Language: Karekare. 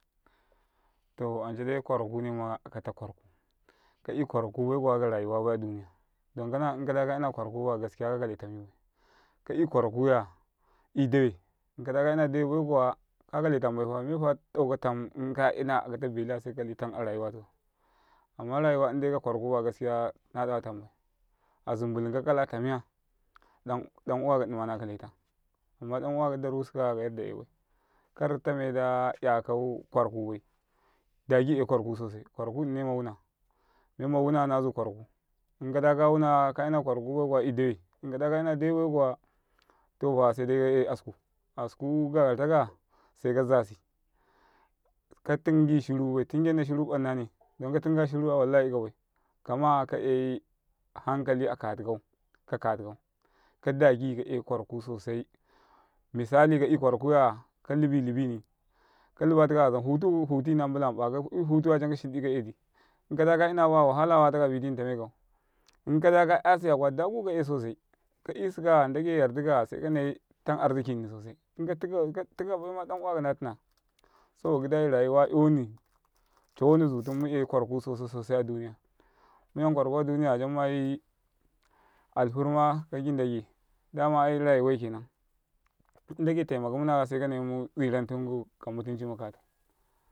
. to anca ɗ ai kwara kune maakata kwaraku kakaou kwarakubai kuwa kara ouwa bai a ɗ uniya ka ɗ a kaina kwaraku baya ɗ askiya ka kalae tammbaita kayuwe baikuwa ka kale tambafa mefa ɗ auka tam inkayina akatazila se ka kale tama'aka rayuwa tikau amma rayu in ɗ ai ka kwara kubaya na ɗ awa a zumbulum kau kakalatamya nnima ɗ an uwa tika ɗ arusuka kamen man yay bai kar tame ɗ a yakau kwaraku bai ɗ ag i yai kwaraku sosai kwaraku nnine menma wuna menma wuna naza kwaraku inka ɗ a kawu ka'yina lwara kubai kuwa tofa sedai ka'yay asku asku ƃaritaka yato seka zasi katingi shirubai tingena shiru barnane ɗ an ka tinga shiruya to seka zasi katingi shirubai tingena shiru barnane ɗ an ka tinga shiruya wallah 'yikabai kama ka'yai hankali akati kau ka ɗ agi ka'yai kwaraku sosai misali ka; yu kurakuya kalibi libini kaluba tikaka hutu katini a'mbula maƃa ka 'ya hutu ya dan wan shin ɗ a janka e ɗ i inkadaka ina baya wahala wataka biti na tamekau inkadaka 'yasiya kuwa dagu ka 'yan menkau ndagai yar ɗ ikaya se kanaitana arzkini sosai inkatika bai ma ɗ an uwaka na tina saboka gi ɗ ai rayuwa 'yani cawani zutum mu'yay kwara ku sasa sosai a ɗ uniya mu'yan kwaraku a ɗ uniya jajjmu mayi alfurma kagi n ɗ age mburmunakaya se kanai mu walan sikau kamutunci makatum.